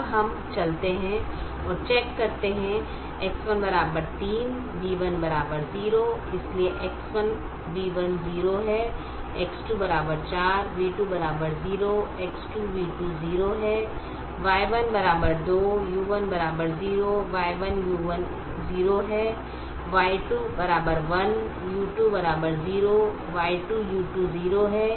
अब हम चलते हैं और चेक करते हैं X1 3 v1 0 इसलिए X1 v1 0 है X2 4 v2 0 X2 v2 0 है Y1 2 u1 0 Y1u1 is 0 Y2 1 u2 0 Y2 u2 0 है